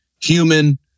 human